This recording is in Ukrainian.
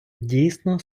дійсно